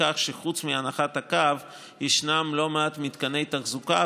מכך שחוץ מהנחת הקו ישנם לא מעט מתקני תחזוקה,